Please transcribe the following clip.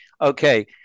Okay